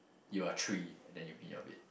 you are three and then you pee in your bed